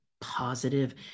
positive